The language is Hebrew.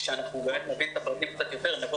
כשאנחנו באמת מבינים את הפרטים קצת יותר נבוא